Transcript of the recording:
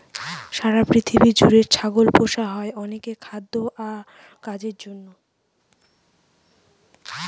সারা পৃথিবী জুড়ে ছাগল পোষা হয় অনেক খাদ্য আর কাজের জন্য